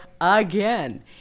again